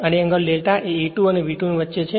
અને એંગલ δ એ E 2 અને V2 ની વચ્ચે છે